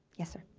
yes sir?